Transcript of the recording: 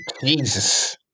jesus